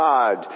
God